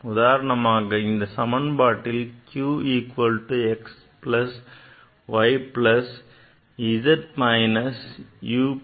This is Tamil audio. உதாரணமாக இந்தச் சமன்பாட்டில் q equal to x plus y plus z minus u plus v plus etcetera